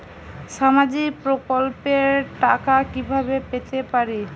সামাজিক প্রকল্পের টাকা কিভাবে পেতে পারি?